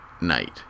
night